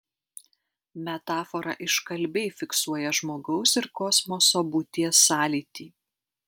metafora iškalbiai fiksuoja žmogaus ir kosmoso būties sąlytį